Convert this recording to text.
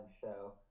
show